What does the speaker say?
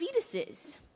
fetuses